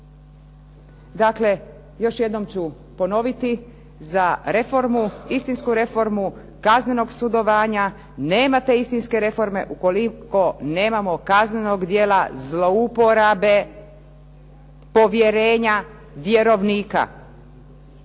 Dakle, još jednom ću ponoviti. Za istinsku reformu kaznenog sudovanja, nema te istinske reforme ukoliko nemamo kaznenog djela zlouporabe povjerenja vjerovnika.